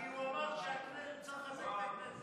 כי הוא אמר שצריך לחזק את הכנסת.